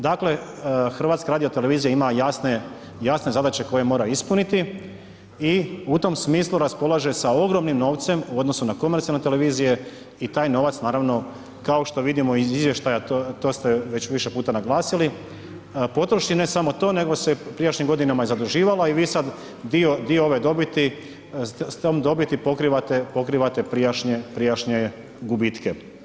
Dakle, HRT ima jasne, jasne zadaće koje mora ispuniti i u tom smislu raspolaže sa ogromnim novcem u odnosu na komercionalne televizije i taj novac, naravno kao što vidimo i iz izvještaja, to ste već više puta naglasili, potroši ne samo to nego se u prijašnjim godinama i zaduživala i vi sad dio, dio ove dobiti, s tom dobiti pokrivate, pokrivate prijašnje, prijašnje gubitke.